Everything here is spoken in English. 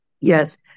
Yes